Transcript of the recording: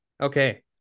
okay